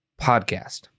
podcast